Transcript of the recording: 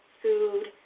food